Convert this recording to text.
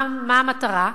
ומה המטרה?